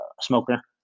smoker